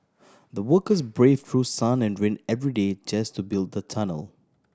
the workers brave through sun and rain every day just to build the tunnel